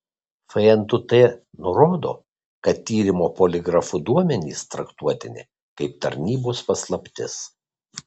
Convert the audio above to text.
fntt nurodo kad tyrimo poligrafu duomenys traktuotini kaip tarnybos paslaptis